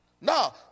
now